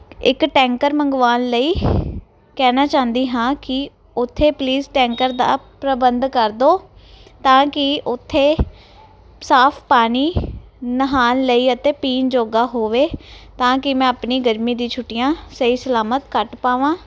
ਇੱਕ ਟੈਂਕਰ ਮੰਗਵਾਉਣ ਲਈ ਕਹਿਣਾ ਚਾਹੁੰਦੀ ਹਾਂ ਕਿ ਉੱਥੇ ਪਲੀਜ਼ ਟੈਂਕਰ ਦਾ ਪ੍ਰਬੰਧ ਕਰ ਦੋ ਤਾਂ ਕਿ ਉੱਥੇ ਸਾਫ ਪਾਣੀ ਨਹਾਣ ਲਈ ਅਤੇ ਪੀਣ ਜੋਗਾ ਹੋਵੇ ਤਾਂ ਕਿ ਮੈਂ ਆਪਣੀ ਗਰਮੀ ਦੀ ਛੁੱਟੀਆਂ ਸਹੀ ਸਲਾਮਤ ਕੱਟ ਪਾਵਾਂ